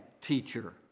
teacher